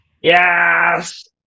Yes